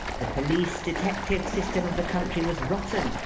the police-detective system of the country was rotten!